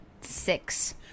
six